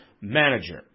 manager